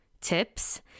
tips